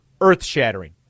earth-shattering